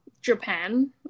Japan